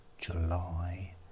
July